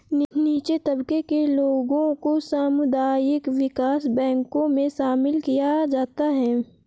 नीचे तबके के लोगों को सामुदायिक विकास बैंकों मे शामिल किया जाता है